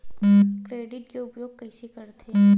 Credit के उपयोग कइसे करथे?